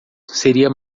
seria